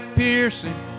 piercing